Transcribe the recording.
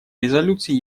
резолюции